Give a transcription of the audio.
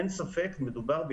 אין ספק שמדובר על